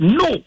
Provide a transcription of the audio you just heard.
no